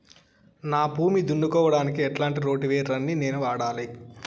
నా భూమి దున్నుకోవడానికి ఎట్లాంటి రోటివేటర్ ని నేను వాడాలి?